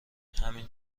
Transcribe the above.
همین